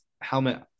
helmet